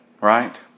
right